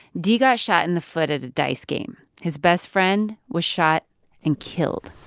d got shot in the foot at a dice game. his best friend was shot and killed